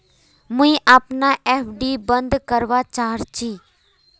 मुई अपना एफ.डी बंद करवा चहची